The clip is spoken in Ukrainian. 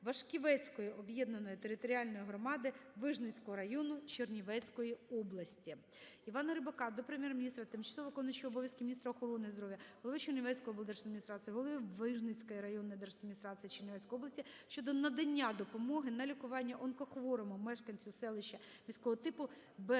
галузіВашківецької об'єднаної територіальної громади Вижницького району Чернівецької області. Івана Рибака до Прем'єр-міністра, тимчасово виконуючої обов'язки міністра охорони здоров'я, голови Чернівецької облдержадміністрації, головиВижницької районної держадміністрації Чернівецької області щодо надання допомоги на лікування онкохворому мешканцю селища міського типу Берегомет